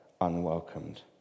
unwelcomed